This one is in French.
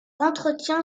entretien